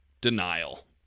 denial